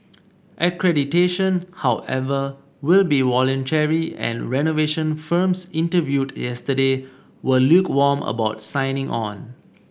accreditation however will be voluntary and renovation firms interviewed yesterday were lukewarm about signing on